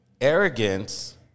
Arrogance